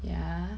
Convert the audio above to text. ya